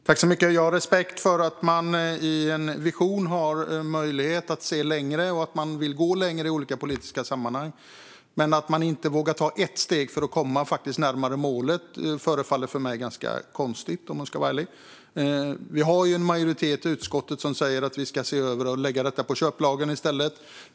Fru talman! Jag har respekt för att man i en vision har möjlighet att se längre och att man vill gå längre i olika politiska sammanhang. Men att inte våga ta ett steg för att komma närmare målet förefaller ganska konstigt, om jag ska vara ärlig. En majoritet i utskottet säger att vi ska se över det och i stället lägga detta på köplagen.